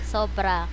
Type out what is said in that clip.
Sobra